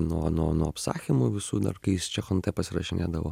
nuo nuo nuo apsakymų visų dar kai jis čechon taip pasirašinėdavo